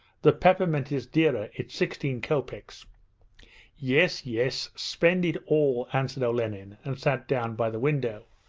the peppermint is dearer. it's sixteen kopeks yes, yes, spend it all answered olenin and sat down by the window,